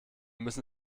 müssen